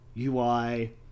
UI